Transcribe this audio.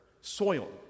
soil